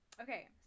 Okay